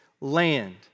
land